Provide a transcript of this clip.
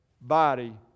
body